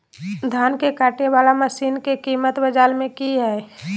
धान के कटे बाला मसीन के कीमत बाजार में की हाय?